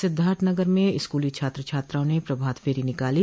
सिद्धार्थनगर में स्कूली छात्र छात्राओं ने प्रभात फेरी निकाली